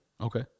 okay